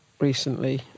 recently